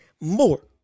more